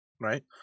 Right